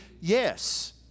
yes